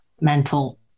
mental